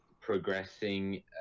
progressing